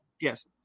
Yes